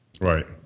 right